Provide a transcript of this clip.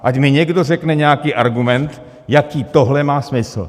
Ať mi někdo řekne nějaký argument, jaký tohle má smysl.